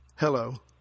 Hello